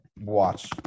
watch